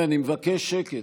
רבותיי, אני מבקש שקט.